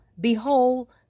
behold